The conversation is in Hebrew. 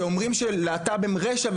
שאומרים שלהט"ב הם רשע.